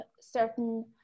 certain